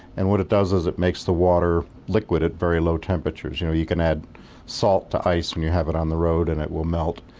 and what it does is it makes the water liquid at very low temperatures. you know you can add salt to ice when you have it on the road and it will melt.